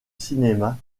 cinéma